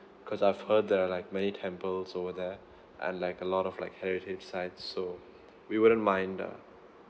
because I've heard there are like many temples over there and like a lot of like heritage sites so we wouldn't mind uh